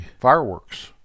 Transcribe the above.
fireworks